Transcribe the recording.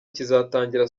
kizatangira